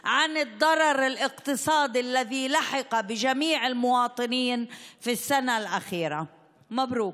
פיצוי על הנזק הכלכלי שנגרם לכל התושבים בשנה האחרונה.) מברוכ.